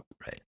Right